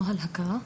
נוהל הכרה.